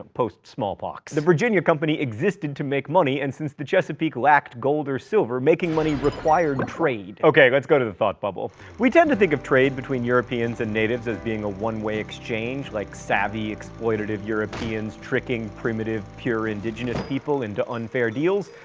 post-smallpox. the virginia company existed to make money, and since the chesapeake lacked gold or silver, making money required trade. ok, let's go to the thought bubble we tend to think of trade between europeans and natives as being a one-way exchange, like savvy, exploitative europeans tricking primitive, pure, indigenous people into unfair deals.